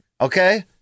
Okay